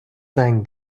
زنگ